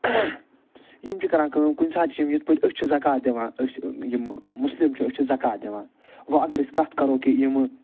یِم چھِ کران کٲم کُنہ ساتہٕ چھِ یِم یِتھ پٲٹھۍ أسۍ چھِ زَکات دِوان أسۍ یِم مُسلِم چھِ أسۍ چھِ زَکات دِوان وۄنۍ اگر أسۍ کتھ کرو کہ یمہ